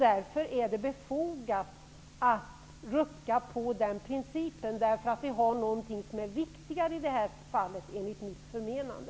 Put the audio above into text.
Därför är det befogat att rucka på tryckfrihetsprincipen, eftersom det här finns något som är viktigare.